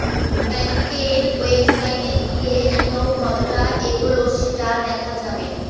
ব্যাঙ্কের ওয়েবসাইটে গিয়ে একাউন্ট কতটা এগোলো সেটা দেখা যাবে